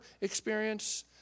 experience